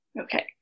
Okay